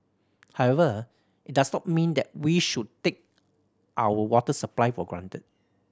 however it does not mean that we should take our water supply for granted